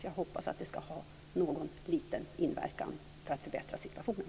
Jag hoppas att det ska ha någon liten inverkan för att förbättra situationen.